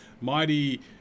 mighty